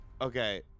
Okay